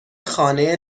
خانه